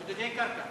שודדי קרקע.